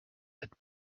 had